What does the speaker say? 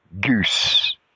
goose